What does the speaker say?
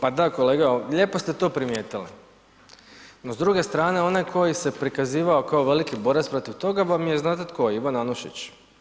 Pa da kolega, lijepo ste to primijetili no s druge strane onaj koji se prikazivao kao veliki borac protiv toga vam je znate tko, Ivan Anušić.